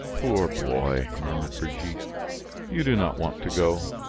poor boy! murmured brigitte you do not want to go?